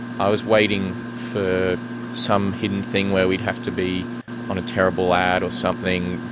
i was waiting for some hidden thing where we'd have to be on a terrible ad or something,